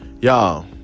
Y'all